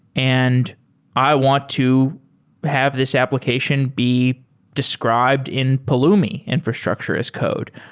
and i want to have this application be described in pulumi infrastructure as code.